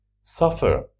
suffer